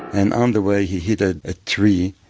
and on the way he hit a ah tree,